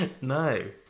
no